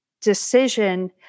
decision